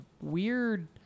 weird